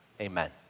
Amen